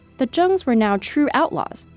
the zhengs were now true outlaws,